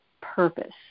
purpose